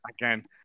again